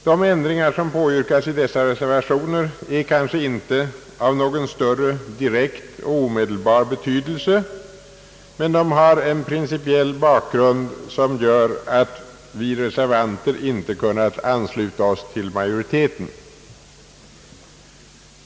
De ändringar som påyrkas i dessa reservationer är kanske inte av någon större direkt och omedelbar betydelse, men de har en principiell bakgrund som gör att vi reservanter inte kunnat ansluta oss till majoriteten.